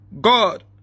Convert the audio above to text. God